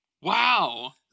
wow